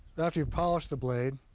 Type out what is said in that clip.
now, after you've polished the blade,